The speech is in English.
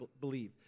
believe